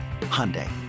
hyundai